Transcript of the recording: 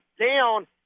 down